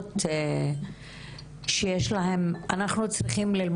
אנחנו צריכים ללמוד טרמינולוגיה חדשה כנראה.